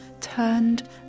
turned